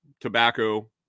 tobacco